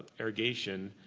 irrigation,